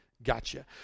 Gotcha